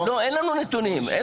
אין מה לשמוע.